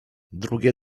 drugie